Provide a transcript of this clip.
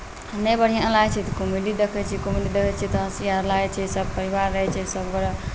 नहि बढ़िआँ लागैत छै तऽ कॉमेडी देखैत छी कॉमेडी देखैत छी तऽ हँसी आओर लागैत छै सभपरिवार रहैत छी सभगोटे